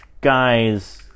guys